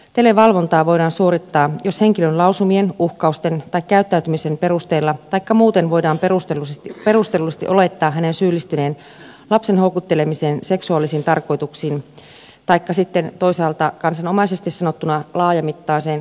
televalvontaa voidaan suorittaa jos henkilön lausumien uhkausten tai käyttäytymisen perusteella taikka muuten voidaan perustellusti olettaa hänen syyllistyneen lapsen houkuttelemiseen seksuaalisiin tarkoituksiin taikka sitten toisaalta kansanomaisesti sanottuna laajamittaiseen hakkerointiin